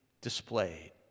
displayed